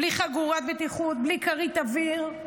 בלי חגורת בטיחות, בלי כרית אוויר.